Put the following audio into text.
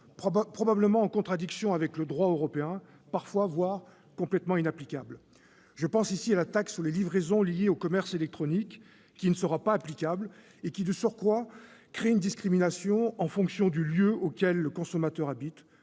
probablement en contradiction avec le droit européen, parfois inapplicables. Je pense ici à la taxe sur les livraisons liées au commerce électronique, qui ne sera pas applicable et qui de surcroît créera une discrimination en fonction du lieu d'habitation du consommateur,